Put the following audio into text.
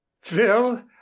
Phil